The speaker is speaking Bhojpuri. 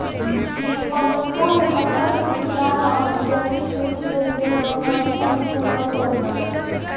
एह पत्रिका में मतस्य विज्ञान अउरी जलीय कृषि पर एगो सहकर्मी समीक्षा कईल गईल बा